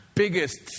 biggest